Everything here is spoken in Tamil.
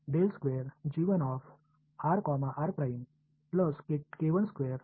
அவை இந்த இரண்டு சமன்பாடுகளையும் பூர்த்தி செய்கின்றன